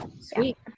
Sweet